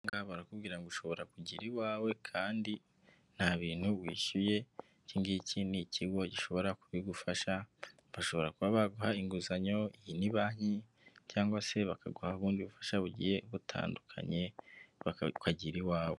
Aha ngaha barakubwira ngo ushobora kugira iwawe kandi nta bintu wishyuye, iki ngiki ni ikigo gishobora kubigufasha, bashobora kuba baguha inguzanyo, iyi ni banki cyangwa se bakaguha ubundi bufasha bugiye butandukanye ukagira iwawe.